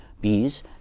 bees